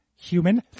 human